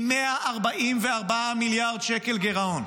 עם 144 מיליארד שקל גירעון,